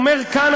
אומר כאן,